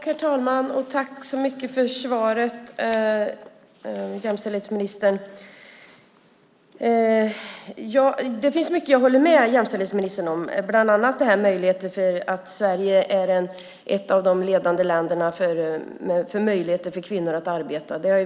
Herr talman! Tack så mycket för svaret, jämställdhetsministern! Det finns mycket som jag håller med jämställdhetsministern om, bland annat att Sverige är ett av de ledande länderna när det gäller möjligheter för kvinnor att arbeta.